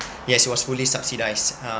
yes it was fully subsidised uh